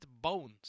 Bones